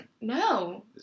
No